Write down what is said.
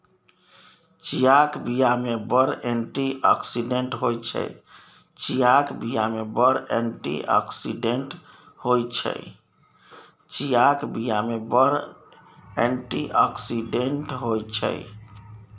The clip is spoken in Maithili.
चीयाक बीया मे बड़ एंटी आक्सिडेंट होइ छै